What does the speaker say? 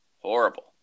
Horrible